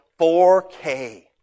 4K